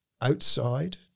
outside